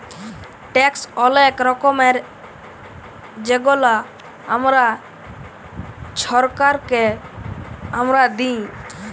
tax অলেক রকমের যেগলা আমরা ছরকারকে আমরা দিঁই